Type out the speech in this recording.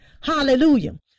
Hallelujah